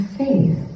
faith